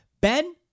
ben